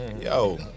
yo